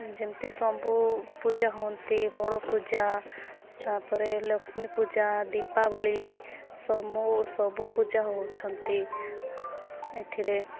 ଯେମ୍ତି ସବୁ ପୂଜା ହୁଅନ୍ତି ବଡ଼ ପୂଜା ତା'ପରେ ଲକ୍ଷ୍ମୀ ପୂଜା ଦୀପାବଳି ସମୁ ସବୁ ପୂଜା ହେଉଛନ୍ତି ଏଥିରେ